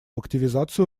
активизацию